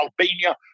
Albania